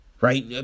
right